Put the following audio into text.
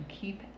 keep